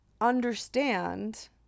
understand